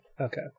okay